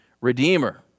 redeemer